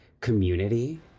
community